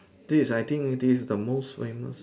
this I think this's the most famous